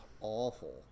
awful